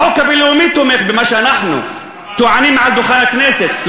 החוק הבין-לאומי תומך במה שאנחנו טוענים מעל דוכן הכנסת,